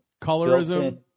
colorism